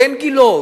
בן-גילו,